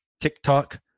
TikTok